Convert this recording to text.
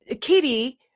Katie